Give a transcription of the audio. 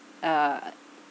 uh